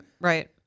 Right